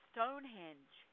Stonehenge